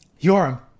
Yoram